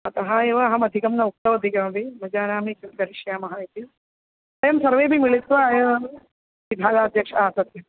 अतः एव अहमधिकं न उक्तवती किमपि न जानामि किं करिष्यामः इति वयं सर्वेपि मिलित्वा एवं विभागाध्यक्षः आ सत्यम्